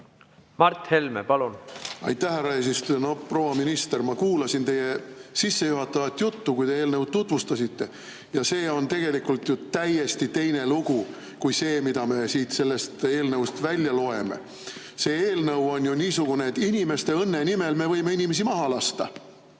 Mart Helme, palun! Aitäh, härra eesistuja! Proua minister, ma kuulasin teie sissejuhatavat juttu, kui te eelnõu tutvustasite, ja see on ju tegelikult täiesti teine lugu kui see, mida me siit sellest eelnõust välja loeme. See eelnõu on niisugune, et inimeste õnne nimel me võime inimesi maha lasta,